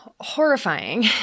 horrifying